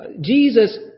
Jesus